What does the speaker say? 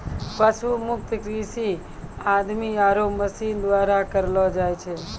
पशु मुक्त कृषि आदमी आरो मशीन द्वारा करलो जाय छै